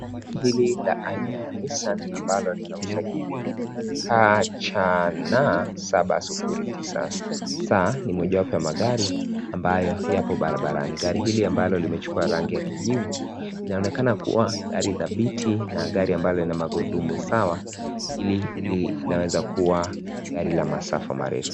Gari hili la ina ya Nissan ambao Lina usajili KCN 709. Nissan ni mojawapo ya magari ambayo yapo barabarani. Gari hili ambalo limechukua rangi yan kijivu inaonekana kuwa gari dhabiti na gari ambalo ina magurudumu sawa hili ni linawezakuwa gari la masafa marefu.